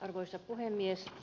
arvoisa puhemies